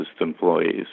employees